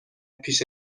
پیش